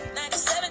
97